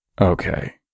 Okay